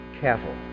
cattle